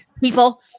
people